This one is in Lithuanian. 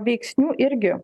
veiksnių irgi